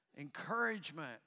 encouragement